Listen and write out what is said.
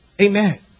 Amen